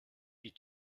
die